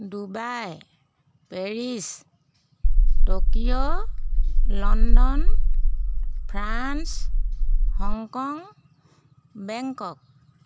Dubai Paris Tokyo London France Hong Kong Bangkok